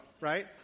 right